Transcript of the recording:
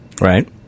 Right